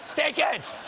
take it!